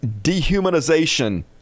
dehumanization